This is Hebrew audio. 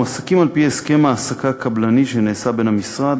מועסקים על-פי הסכם העסקה קבלני שנעשה בין המשרד